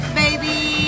baby